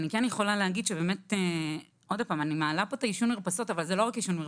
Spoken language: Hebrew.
אני מעלה פה את העישון במרפסות אבל זה לא רק עישון במרפסות.